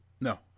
no